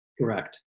Correct